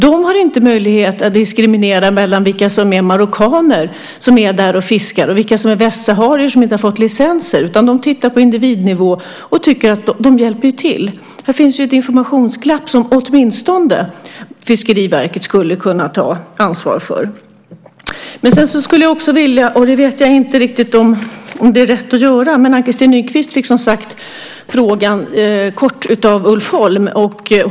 De har inte möjlighet att diskriminera mellan vilka som är marockaner, som är där och fiskar, och vilka som är västsaharier, som inte har fått licenser, utan de tittar på individnivå och tycker att de hjälper till. Här finns ett informationsglapp som åtminstone Fiskeriverket skulle kunna ta ansvar för. Sedan skulle jag också vilja göra en annan sak, och jag vet inte riktigt om det är rätt att göra det. Ann-Christin Nykvist fick som sagt frågan kort av Ulf Holm.